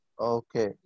Okay